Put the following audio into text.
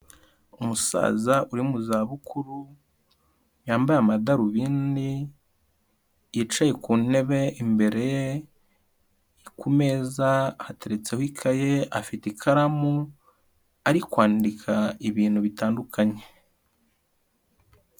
Umusaza uri mu zabukuru, yambaye amadarubindi, yicaye ku ntebe imbere ye, ku meza hateretseho ikaye afite ikaramu, ari kwandika ibintu bitandukanye.